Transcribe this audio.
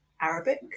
Arabic